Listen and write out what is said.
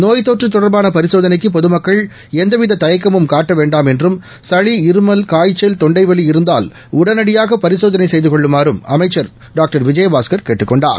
நோய்த்தொற்று தொடர்பான பரிசோதனைக்கு பொதுமக்கள் எந்தவித தயக்கமும் காட்ட வேண்டாம் என்றும் சளி இருமல் காய்ச்சல் தொண்டைவலி இருந்தால் உடனடியாக பரிசோதனை செய்து கொள்ளுமாறும் அமைச்சா டாக்டர் விஜயபாஸ்கர் கேட்டுக்கொண்டார்